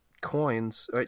coins